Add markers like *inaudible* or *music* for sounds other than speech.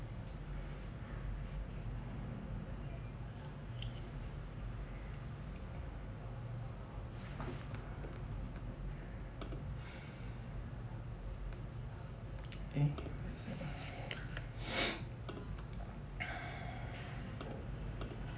eh wait a second *noise*